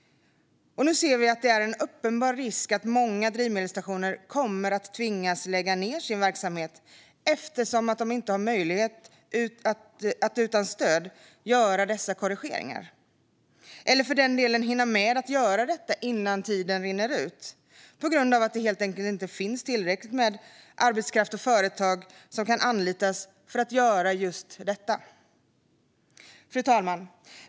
Nu ser vi att det är en uppenbar risk att många drivmedelsstationer tvingas lägga ned sin verksamhet eftersom de inte har möjlighet att utan stöd göra dessa korrigeringar eller, för den delen, inte hinner med att göra dem innan tiden rinner ut. Det finns helt enkelt inte tillräckligt med arbetskraft och företag som kan anlitas för att göra just detta. Fru talman!